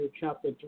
chapter